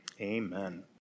amen